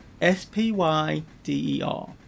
S-P-Y-D-E-R